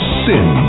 sin